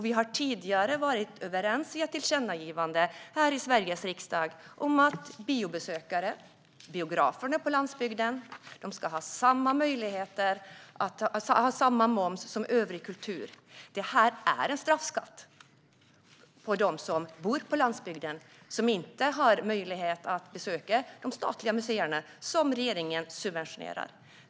Vi har tidigare varit överens i Sveriges riksdag om ett tillkännagivande om att biobesökare och biografer på landsbygden ska ha samma möjligheter. Det ska vara samma moms som för övrig kultur. Detta är en straffskatt för dem som bor på landsbygden och som inte har möjlighet att besöka de statliga museerna, som regeringen subventionerar.